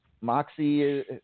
Moxie